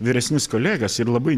vyresnius kolegas ir labai